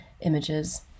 images